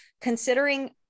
considering